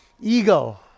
Ego